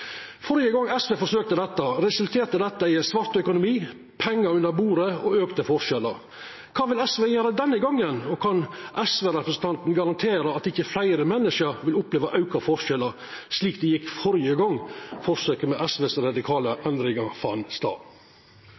SV forsøkte dette, resulterte det i ein svart økonomi, pengar under bordet og auka forskjellar. Kva vil SV gjera denne gongen, og kan SV-representanten garantera at ikkje fleire menneske vil oppleva auka forskjellar, slik det gjekk førre gongen forsøket med SVs radikale endringar fann stad?